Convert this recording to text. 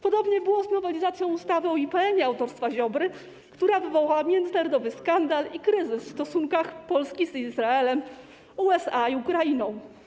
Podobnie było z nowelizacją ustawy o IPN-ie autorstwa Ziobry, która wywołała międzynarodowy skandal i kryzys w stosunkach Polski z Izraelem, USA i Ukrainą.